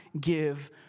give